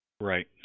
Right